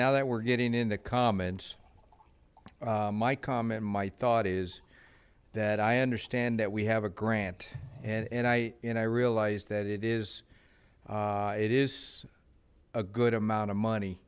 now that we're getting into comments my comment my thought is that i understand that we have a grant and and i and i realized that it is it is a good amount of money